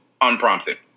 unprompted